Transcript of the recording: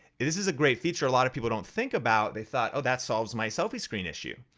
this is a great feature a lot of people don't think about, they thought, oh that solves my selfie screen issue.